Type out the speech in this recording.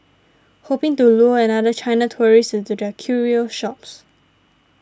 hoping to lure another China tourist into their curio shops